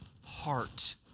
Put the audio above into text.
heart